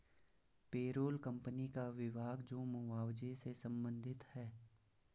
payroll company का विभाग जो मुआवजे से संबंधित है